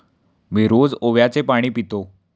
मी रोज ओव्याचे पाणी पितो